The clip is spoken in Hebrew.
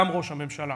גם ראש הממשלה,